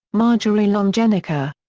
marjorie longenecker.